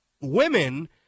women